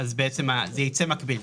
יצא מקביל.